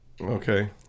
Okay